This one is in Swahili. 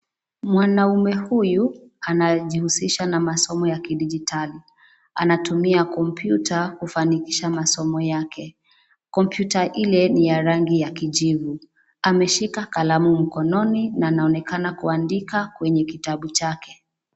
Mwanaume huyu anajiuzisha na masomo ya kidigitali, anatumia kompyuta kufanikisha masomo yake. Kompyuta ile ni ya rangi ya kijivu, ameshika kalamu mkononi na anonekana kuandika kwenye kitabu chake